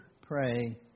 pray